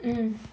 mm